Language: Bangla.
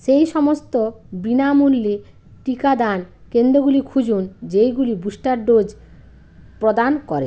সেই সমস্ত বিনামূল্যে টিকাদান কেন্দ্রগুলি খুঁজুন যেইগুলি বুস্টার ডোজ প্রদান করে